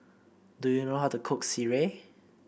do you know how to cook Sireh